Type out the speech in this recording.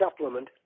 supplement